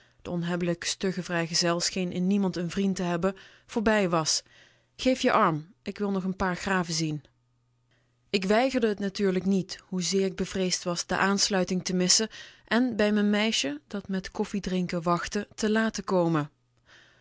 de onhebbelijk stugge vrijgezel scheen in niemand n vriend te hebben voorbij was geef je arm ik wil nog een paar graven zien ik weigerde t natuurlijk niet hoezeer k bevreesd was de aansluiting te missen en bij m'n meisje dat me met koffiedrinken wachtte te laat te komen